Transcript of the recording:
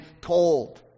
told